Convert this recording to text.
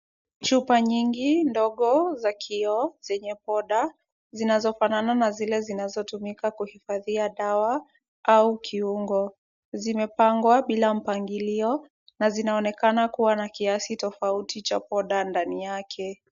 Chupa nyingi ndogo za kioo zenye poda, zinazofanana na zile zinazotumika kuhifadhia dawa au kiungo, zimepangwa bila mpangilio na zinaonekana kuwa na kiasi tofauti cha poda ndani yake.